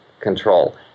control